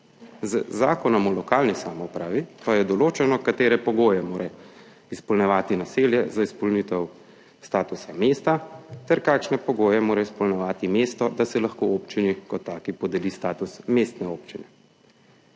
Z Zakonom o lokalni samoupravi pa je določeno, katere pogoje mora izpolnjevati naselje za izpolnitev statusa mesta ter kakšne pogoje mora izpolnjevati mesto, da se lahko občini kot taki podeli status mestne občine.